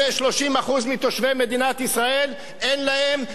30% מתושבי מדינת ישראל אין להם ולא